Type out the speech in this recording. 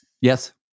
Yes